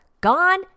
gone